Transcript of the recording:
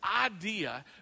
idea